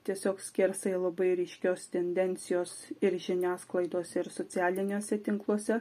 tiesiog skersai labai ryškios tendencijos ir žiniasklaidos ir socialiniuose tinkluose